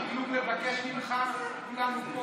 אנחנו לא צריכים כלום לבקש ממך, כולנו פה.